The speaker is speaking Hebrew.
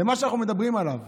על מה שאנחנו מדברים עליו,